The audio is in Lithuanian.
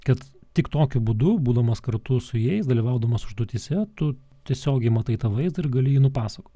kad tik tokiu būdu būdamas kartu su jais dalyvaudamas užduotyse tu tiesiogiai matai tą vaizdą ir gali jį nupasakot